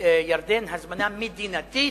בירדן, הזמנה מדינתית,